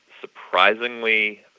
surprisingly